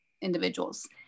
individuals